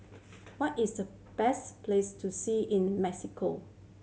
what is the best place to see in Mexico